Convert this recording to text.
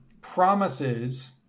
promises